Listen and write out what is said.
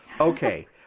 Okay